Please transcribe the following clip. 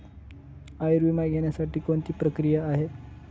आयुर्विमा घेण्यासाठी कोणती प्रक्रिया आहे?